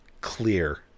clear